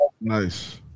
Nice